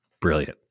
Brilliant